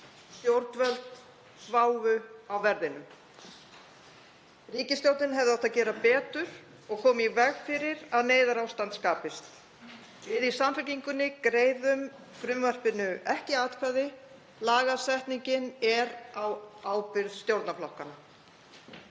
Stjórnvöld sváfu á verðinum. Ríkisstjórnin hefði átt að gera betur og koma í veg fyrir að neyðarástand skapaðist. Við í Samfylkingunni greiðum frumvarpinu ekki atkvæði. Lagasetningin er á ábyrgð stjórnarflokkanna.